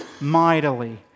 mightily